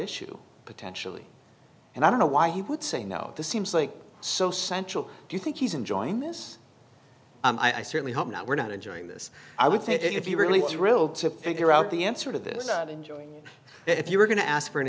issue potentially and i don't know why he would say no this seems like so central do you think he's enjoying this i certainly hope not we're not enjoying this i would say if you really thrilled to figure out the answer to this that enjoy it if you were going to ask for